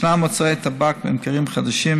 ישנם מוצרי טבק ממכרים חדשים,